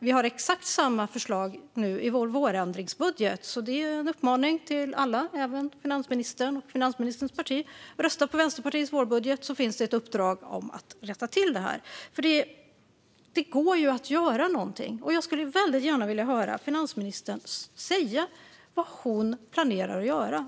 Vi har exakt samma förslag i vår vårändringsbudget, så jag uppmanar alla - även finansministern och hennes parti - att rösta på vårbudgeten från oss i Vänsterpartiet, där det finns ett uppdrag om att rätta till detta. Det går ju att göra någonting. Jag skulle väldigt gärna vilja höra finansministern säga vad hon planerar att göra.